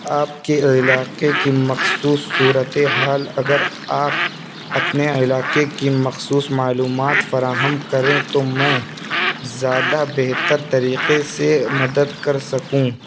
آپ کے علاقے کی مخصوص صورت حال اگر آپ اپنے علاقے کی مخصوص معلومات فراہم کریں تو میں زیادہ بہتر طریقے سے مدد کر سکوں